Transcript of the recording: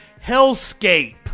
hellscape